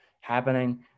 happening